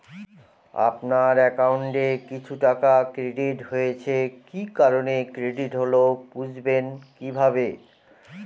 আপনার অ্যাকাউন্ট এ কিছু টাকা ক্রেডিট হয়েছে কি কারণে ক্রেডিট হল বুঝবেন কিভাবে?